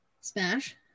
Smash